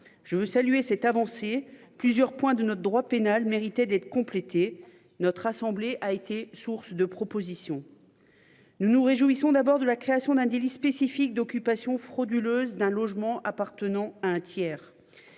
Je veux saluer cette avancée. Plusieurs points de notre droit pénal mérité d'être. Notre assemblée a été source de propositions. Nous nous réjouissons d'abord de la création d'un délit spécifique d'occupation frauduleuse d'un logement appartenant à un tiers.